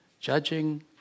judging